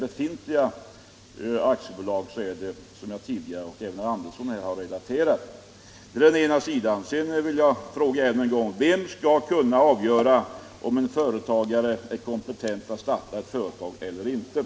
Sedan vill jag än en gång fråga: Vem skall kunna avgöra om en person är kompetent att starta ett företag eller inte?